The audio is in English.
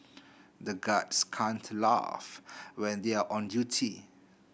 the guards can't laugh when they are on duty